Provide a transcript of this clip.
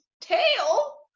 tail